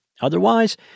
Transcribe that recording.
Otherwise